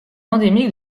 endémique